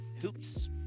hoops